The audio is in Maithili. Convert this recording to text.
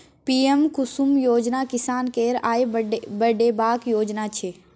पीएम कुसुम योजना किसान केर आय बढ़ेबाक योजना छै